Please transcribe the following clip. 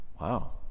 Wow